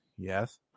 Yes